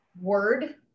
word